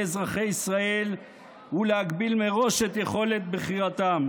אזרחי ישראל ולהגביל מראש את יכולת בחירתם.